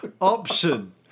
option